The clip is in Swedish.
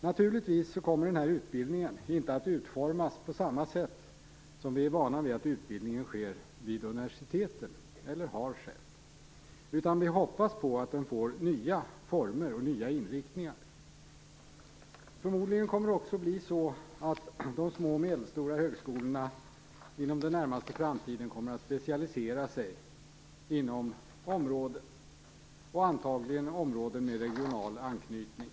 Naturligtvis kommer den här utbildningen inte att utformas på samma sätt som vi är vana vid att utbildningen har skett vid universiteten, utan vi hoppas på att den får nya former och nya inriktningar. Förmodligen kommer det också att bli så att de små och medelstora högskolorna inom den närmaste framtiden kommer att specialisera sig, antagligen inom områden med regional anknytning.